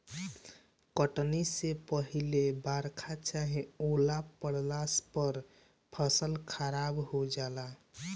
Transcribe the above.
कटनी से पहिले बरखा चाहे ओला पड़ला पर फसल खराब हो जाला